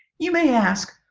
you may ask,